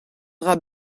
dra